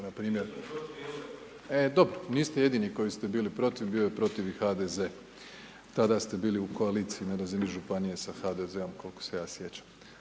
dobro, niste jedini koji ste bili protiv, bio je protiv i HDZ. Tada ste bili u koaliciji na razini Županije sa HDZ-om koliko se ja sjećam.